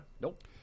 Nope